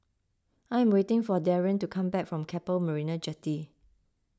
I am waiting for Darien to come back from Keppel Marina Jetty